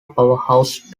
powerhouse